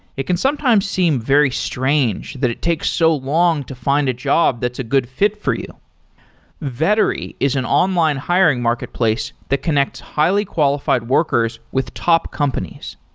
it can sometimes seem very strange that it takes so long to find a job that's a good fit for you vettery is an online hiring marketplace that connects highly qualified workers with top companies.